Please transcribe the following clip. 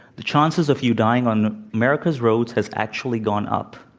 the chances of you dying on america's roads has actually gone up.